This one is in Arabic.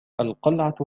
القلعة